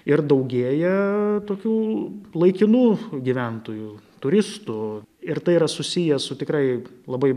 ir daugėja tokių laikinų gyventojų turistų ir tai yra susiję su tikrai labai